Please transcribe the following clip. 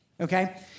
Okay